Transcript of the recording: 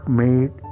made